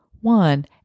one